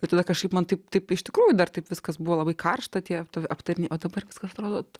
ir tada kažkaip man taip taip iš tikrųjų dar taip viskas buvo labai karšta tie aptarimai o dabar kaskart rodote